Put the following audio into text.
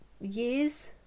years